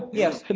yes,